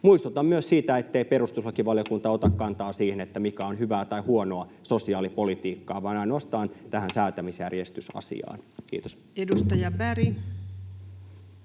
koputtaa] ettei perustuslakivaliokunta ota kantaa siihen, mikä on hyvää tai huonoa sosiaalipolitiikkaa, vaan ainoastaan tähän säätämisjärjestysasiaan. — Kiitos. [Speech 28]